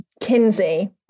Kinsey